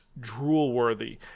drool-worthy